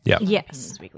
Yes